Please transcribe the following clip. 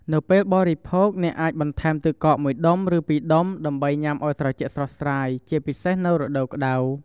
នៅពេលបរិភោគ អ្នកអាចបន្ថែម ទឹកកក មួយដុំ ឬពីរដុំ ដើម្បីញ៉ាំឱ្យត្រជាក់ស្រស់ស្រាយ ជាពិសេសនៅរដូវក្ដៅ។